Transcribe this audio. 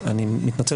אני פשוט